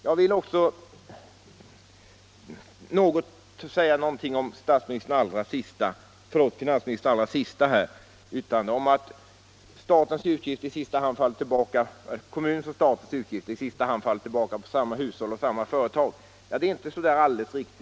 Jag vill också säga någonting om det allra sista stycket i finansministerns svar, nämligen att kommunernas och statens utgifter i sista hand faller tillbaka på samma hushåll och samma företag. Det är inte alldeles säkert!